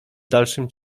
dalszym